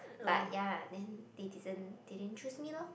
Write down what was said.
but ya then they didn't they didn't choose me loh